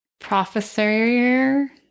Professor